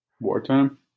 wartime